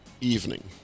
evening